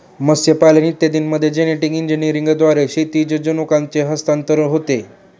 मत्स्यपालन इत्यादींमध्ये जेनेटिक इंजिनिअरिंगद्वारे क्षैतिज जनुकांचे हस्तांतरण होते